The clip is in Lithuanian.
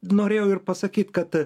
norėjau ir pasakyt kad